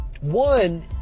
one